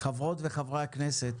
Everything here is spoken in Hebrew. חברות וחברי הכנסת,